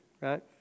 right